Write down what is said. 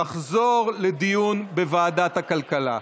תחזור לדיון בוועדת הכלכלה.